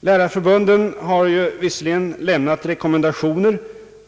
Lärarförbunden har visserligen lämnat rekommendationer.